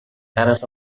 cares